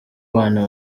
abana